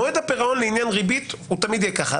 מועד הפירעון לעניין ריבית תמיד יהיה ככה.